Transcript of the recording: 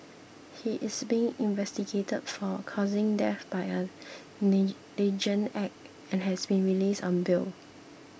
he is being investigated for causing death by a negligent act and has been released on bail